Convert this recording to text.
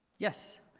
yes?